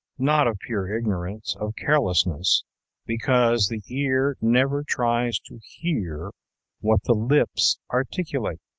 not of pure ignorance of carelessness because the ear never tries to hear what the lips articulate.